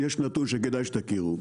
יש נתון שכדאי שתכירו.